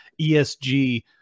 ESG